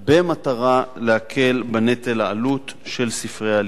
במטרה להקל את נטל העלות של ספרי הלימוד.